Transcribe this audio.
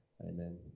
Amen